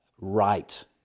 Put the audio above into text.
right